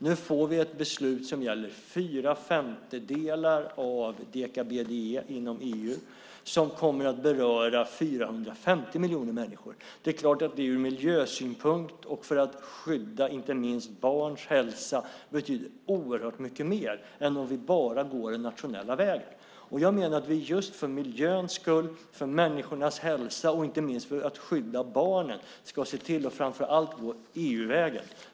Nu får vi ett beslut som gäller fyra femtedelar av deka-BDE inom EU, något som kommer att beröra 450 miljoner människor. Det är klart att det från miljösynpunkt och för att skydda inte minst barns hälsa betyder oerhört mycket mer än om vi bara går den nationella vägen. Jag menar att vi just för miljöns skull, för människornas hälsa och, inte minst, för att skydda barnen ska se till att framför allt gå EU-vägen.